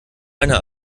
einer